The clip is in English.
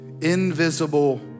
invisible